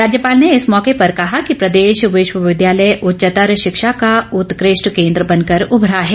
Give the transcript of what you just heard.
राज्यपाल ने इस मौके पर कहा कि प्रदेश विश्वविद्यालय उच्चतर शिक्षा का उत्कष्ट केंद्र बनकर उभरा है